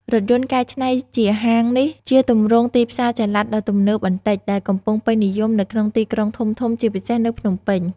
រថយន្តកែច្នៃជាហាង នេះជាទម្រង់ទីផ្សារចល័តដ៏ទំនើបបន្តិច ដែលកំពុងពេញនិយមនៅក្នុងទីក្រុងធំៗ ជាពិសេសនៅភ្នំពេញ។